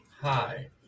Hi